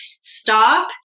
stop